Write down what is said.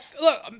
look